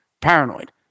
Paranoid